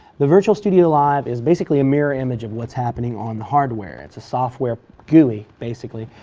the virtual studiolive is basically a mirror image of what's happening on the hardware. it's a software gui basically,